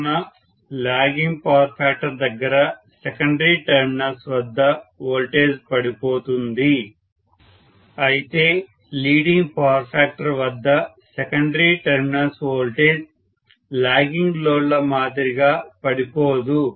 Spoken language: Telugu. కావున లాగింగ్ పవర్ ఫ్యాక్టర్ దగ్గర సెకండరీ టెర్మినల్స్ వద్ద వోల్టేజ్ పడిపోతుంది అయితే లీడింగ్ పవర్ ఫ్యాక్టర్ వద్ద సెకండరీ టెర్మినల్స్ వోల్టేజ్ లాగింగ్ లోడ్ల మాదిరిగా పడిపోదు